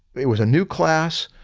it was a new class,